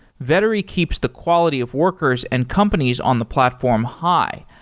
vettery keeps the quality of workers and companies on the platform high,